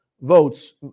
votes